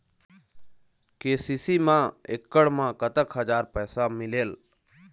KCC मा एकड़ मा कतक हजार पैसा मिलेल?